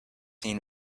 seen